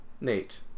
Nate